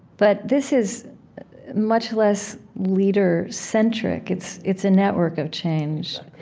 but this is much less leader-centric. it's it's a network of change.